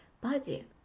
body